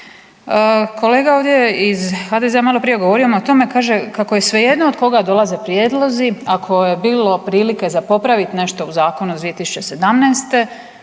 Kolega ovdje iz HDZ-a malo prije je govorio o tome, kaže kako je svejedno od koga dolaze prijedlozi, ako je bilo prilike za popravit za nešto u zakonu iz 2017.